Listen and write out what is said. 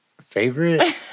Favorite